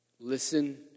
Listen